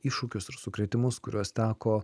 iššūkius ir sukrėtimus kuriuos teko